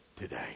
today